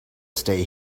stay